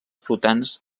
flotants